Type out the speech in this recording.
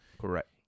correct